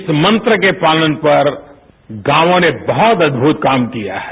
इस मंत्र के पालन पर गांवों ने बहुत अदभुत काम किया है